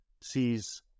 sees